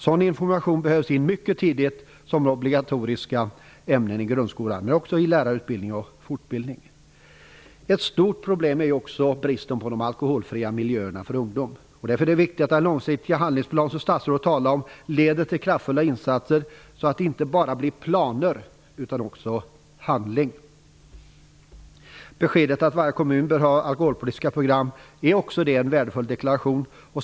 Sådan information behöver komma in mycket tidigt som obligatoriskt ämne i grundskolan men också i lärarutbildning och fortbildning. Ett stort problem är också bristen på alkoholfria miljöer för ungdom. Därför är det viktigt att den långsiktiga handlingsplan som statsrådet talar om leder till kraftfulla insatser, så att det inte bara blir planer utan också handling. Beskedet att varje kommun bör ha alkoholpolitiska program är också det en värdefull deklaration.